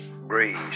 breeze